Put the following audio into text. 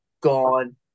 gone